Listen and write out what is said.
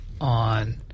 on –